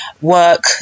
work